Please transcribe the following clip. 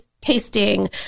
tasting